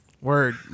word